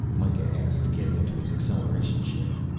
mikah asked, getting into his acceleration chair.